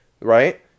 Right